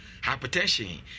hypertension